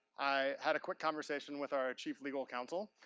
i had a quick conversation with our chief legal council.